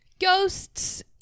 ghosts